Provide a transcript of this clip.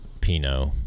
Pinot